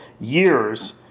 years